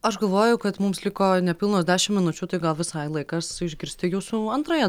aš galvoju kad mums liko nepilnos dešim minučių tai gal visai laikas išgirsti jūsų antrąją